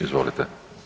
Izvolite.